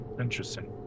interesting